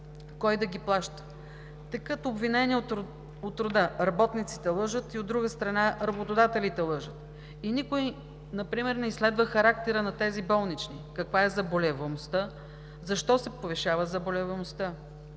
кой да ги плаща? Текат обвинения от рода „работниците лъжат“, а, от другата страна – „работодателите лъжат“. Никой например не изследва характера на тези болнични – каква е заболеваемостта, защо се повишава заболеваемостта.